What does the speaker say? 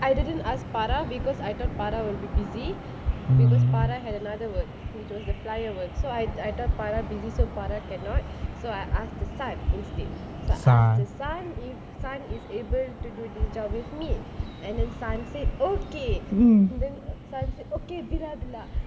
I didn't ask farah because I thought farah would be busy because farah had another work which was the flyer work so I I thought farah busy so farah cannot so I asked the sun instead so I asked the sun if sun is able to do this job with me and then sun said okay then sun said okay விளாடுலா:vilaadula